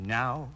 now